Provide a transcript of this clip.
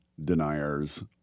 deniers